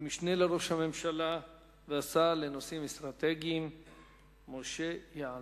המשנה לראש הממשלה והשר לנושאים אסטרטגיים משה יעלון.